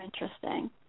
interesting